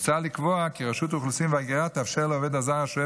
מוצע לקבוע כי רשות האוכלוסין וההגירה תאפשר לעובד הזר השוהה